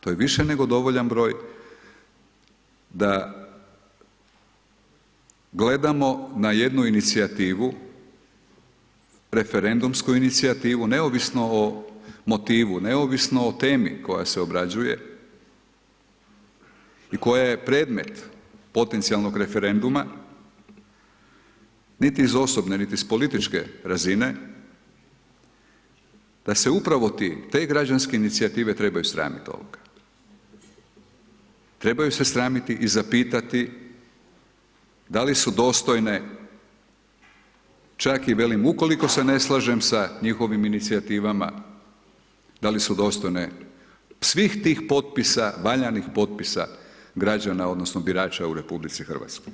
To je više nego dovoljan broj da gledamo na jednu inicijativu, referendumsku inicijativu, neovisno o motivu, neovisno o temi koja se obrađuje i koja je predmet potencijalnog referenduma, niti iz osobne, niti iz političke razine, da se upravo te građanske inicijative trebaju sramiti ovoga, trebaju se sramiti i zapitati da li su dostojne čak i velim, ukoliko se ne slažem sa njihovim inicijativama, da li su dostojne svih tih potpisa, valjanih potpisa građana odnosno birača u RH.